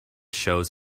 shows